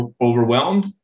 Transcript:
overwhelmed